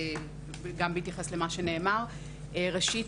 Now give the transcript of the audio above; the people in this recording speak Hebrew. גם בהתייחס למה שנאמר: ראשית,